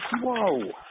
Whoa